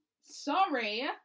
Sorry